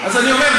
אז אני אומר,